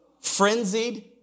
Frenzied